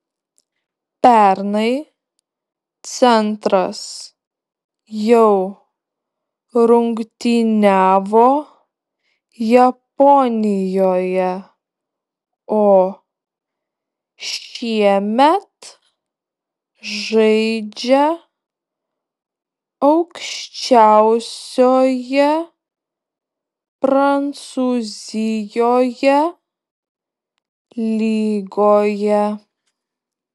pernai centras jau rungtyniavo japonijoje o šiemet žaidžia aukščiausioje prancūzijoje lygoje